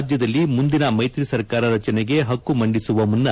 ರಾಜ್ಯದಲ್ಲಿ ಮುಂದಿನ ಮೈತ್ರಿ ಸರ್ಕಾರ ರಚನೆಗೆ ಪಕ್ಕು ಮಂಡಿಸುವ ಮುನ್ನ